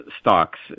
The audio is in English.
stocks